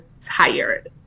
tired